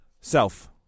Self